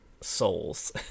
souls